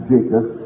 Jacob